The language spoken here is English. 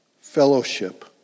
Fellowship